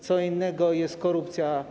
Co innego jest korupcja.